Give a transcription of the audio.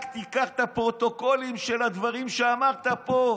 רק תיקח את הפרוטוקולים של הדברים שאמרת פה.